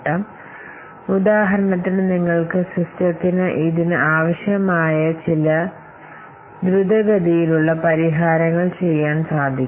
ഇവയാണ് project portfolio management ഉദാഹരണത്തിന് നിങ്ങൾക്ക് വേഗത്തിൽ താൽപ്പര്യപ്പെടാം എളുപ്പത്തിൽ ചെയ്യാൻ കഴിയുന്ന സിസ്റ്റങ്ങളിലേക്ക് ദ്രുതഗതിയിലുള്ള പരിഹാരങ്ങൾ എന്തുചെയ്യണമെന്ന് നിങ്ങൾ ആഗ്രഹിച്ചേക്കാം